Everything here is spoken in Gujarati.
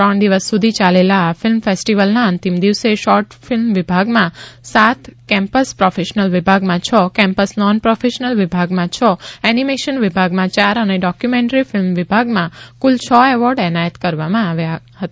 ત્રણ દિવસ સુધી યાલેલા આ ફિલ્મ ફેસ્ટીવલના અંતિમ દિવસે શોર્ટ ફિલ્મ વિભાગમાં સાત કેમ્પસ પ્રોફેશનલ ફિલ્મ વિભાગમાં છ કેમ્પસ નોન પ્રોફેશનલ વિભાગમાં છ એનીમેશન વિભાગમાં યાર અને ડોકયુમેન્ટરી ફિલ્મ વિભાગમાં કુલ છ એવોર્ડ એનાયત કરવામાં આવ્યા હતા